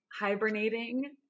hibernating